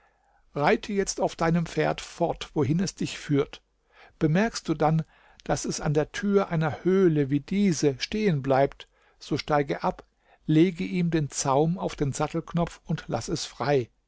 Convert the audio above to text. reite jetzt auf deinem pferd fort wohin es dich führt bemerkst du dann daß es an der tür einer höhle wie diese stehenbleibt so steige ab lege ihm den zaum auf den sattelknopf und laß es frei